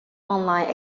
online